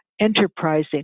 enterprising